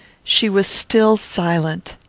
she was still silent.